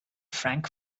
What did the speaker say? frank